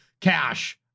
cash